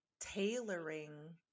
tailoring